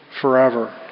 forever